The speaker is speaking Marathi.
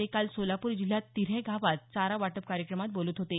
ते काल सोलापूर जिल्ह्यात तिऱ्हे गावात चारा वाटप कार्यक्रमात बोलत होते